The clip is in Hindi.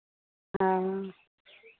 हाँ